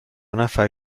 نفر